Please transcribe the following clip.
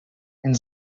and